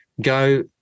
go